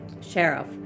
sheriff